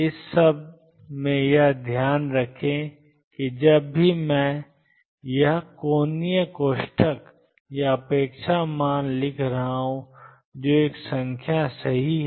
इस सब में यह ध्यान रखें कि जब भी मैं यह कोणीय कोष्ठक या अपेक्षा मान लिख रहा हूँ जो एक संख्या सही है